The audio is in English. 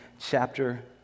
chapter